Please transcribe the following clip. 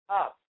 up